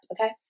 okay